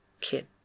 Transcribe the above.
kid